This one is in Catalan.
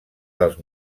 dels